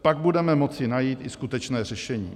Pak budeme moci najít i skutečné řešení.